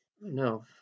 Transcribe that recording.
No